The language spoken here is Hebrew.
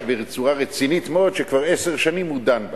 בצורה רצינית מאוד שכבר עשר שנים הוא דן בה.